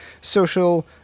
social